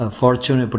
fortune